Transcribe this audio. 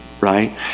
right